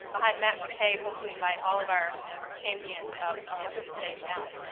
behind matt mccabe, hopefully invite all of our champions up to the stage now.